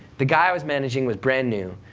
the guy i was managing was brand new,